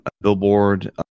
Billboard